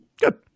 Good